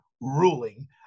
ruling